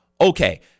Okay